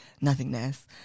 nothingness